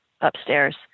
upstairs